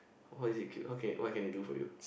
how is it cute how can it what can it do for you